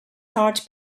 heart